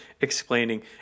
explaining